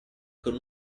con